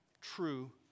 true